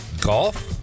golf